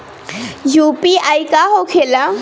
UPI का होके ला?